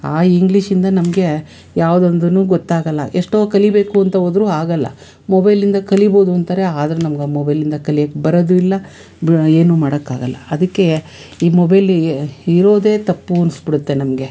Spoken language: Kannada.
ಆ ಇಂಗ್ಲೀಷ್ನಿಂದ ನಮಗೆ ಯಾವುದೊಂದೂ ಗೊತ್ತಾಗೊಲ್ಲ ಎಷ್ಟೋ ಕಲಿಬೇಕು ಅಂತ ಹೋದ್ರು ಆಗೊಲ್ಲ ಮೊಬೈಲಿಂದ ಕಲಿಬೋದು ಅಂತಾರೇ ಆದರೆ ನಮ್ಗೆ ಆ ಮೊಬೈಲಿಂದ ಕಲಿಯೋಕ್ಕೆ ಬರೋದು ಇಲ್ಲ ಬ ಏನು ಮಾಡೋಕ್ಕಾಗೊಲ್ಲ ಅದಕ್ಕೆ ಈ ಮೊಬೈಲ್ ಇರೋದೆ ತಪ್ಪು ಅನ್ಸಿಬಿಡುತ್ತೆ ನಮಗೆ